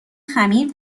خمیر